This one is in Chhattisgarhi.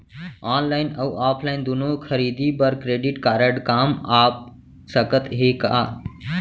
ऑनलाइन अऊ ऑफलाइन दूनो खरीदी बर क्रेडिट कारड काम आप सकत हे का?